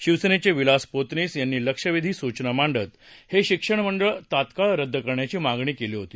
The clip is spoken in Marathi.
शिवसेनेचे विलास पोतनीस यांनी लक्षवेधी सूचना मांडत हे शिक्षण मंडळ तात्काळ रद्द करण्याची मागणी केली होती